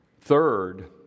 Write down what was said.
Third